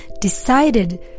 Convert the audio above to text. decided